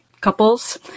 couples